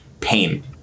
pain